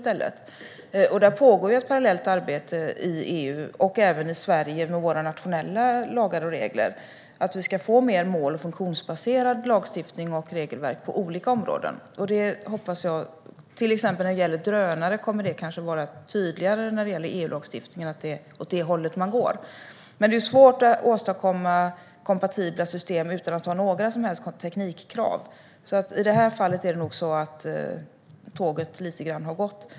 Det pågår ett parallellt arbete i EU och i Sverige med våra nationella lagar och regler för att lagstiftning och regelverk på olika områden ska bli mer mål och funktionsbaserade. Till exempel beträffande drönare kommer det kanske att vara tydligare att det är åt det hållet man går när det gäller EU-lagstiftningen. Men det är svårt att åstadkomma kompatibla system utan att ha några som helst teknikkrav. I det här fallet är det nog lite så att tåget har gått.